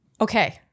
Okay